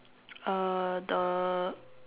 uh the